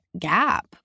gap